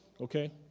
Okay